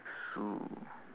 sue